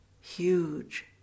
huge